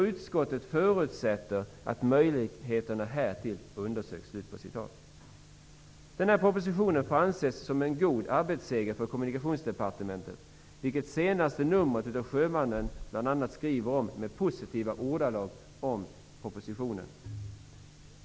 Utskottet förutsätter att möjligheterna härtill undersöks. Denna proposition får anses som en god arbetsseger för Kommunikationsdepartementet. I det senaste numret av Sjömannen skriver man i positiva ordalag om propositionen.